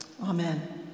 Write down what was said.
amen